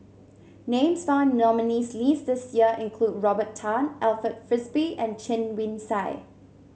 names found in the nominees' list this year include Robert Tan Alfred Frisby and Chen Wen Sai